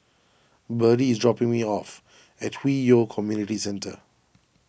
Birdie is dropping me off at Hwi Yoh Community Centre